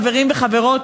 חברים וחברות,